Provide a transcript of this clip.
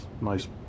nice